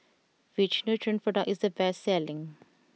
which Nutren product is the best selling